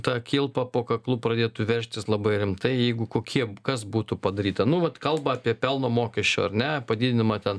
ta kilpa po kaklu pradėtų veržtis labai rimtai jeigu kokie kas būtų padaryta nu vat kalba apie pelno mokesčio ar ne padidinimą ten